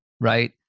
right